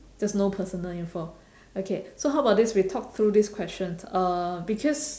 just no personal info okay so how about this we talk through this question uh because